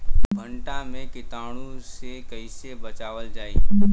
भनटा मे कीटाणु से कईसे बचावल जाई?